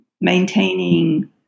maintaining